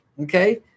okay